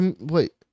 Wait